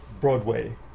Broadway